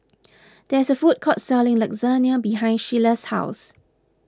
there is a food court selling Lasagne behind Shelia's house